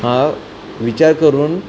हा विचार करून